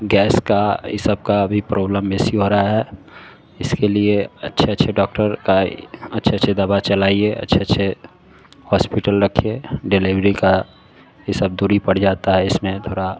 gas का ई सब का अभी प्रॉब्लम मेसी हो रहा है इसके लिए अच्छे अच्छे डॉक्टर अच्छे अच्छे दवा चलाईए अच्छे अच्छे होस्पिटल रखिए डिलेवरी का ये सब दूरी पड़ जाता है इसमें थोड़ा